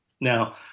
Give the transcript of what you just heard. Now